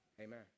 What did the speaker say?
Amen